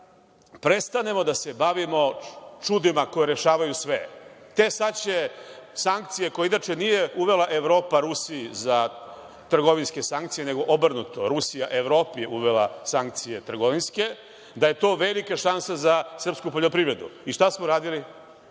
Da prestanemo da se bavimo čudima koja rešavaju sve. Te sad će sankcije, koje inače nije uvela Evropa Rusiji, trgovinske sankcije, nego obrnuto, Rusija Evropi je uvela sankcije trgovinske, da je to velika šansa za srpsku poljoprivredu. Šta smo uradili? Svakog